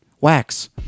Wax